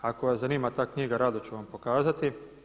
Ako vas zanima ta knjiga rado ću vam pokazati.